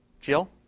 Jill